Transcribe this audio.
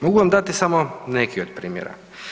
Mogu vam dati samo neki od primjera.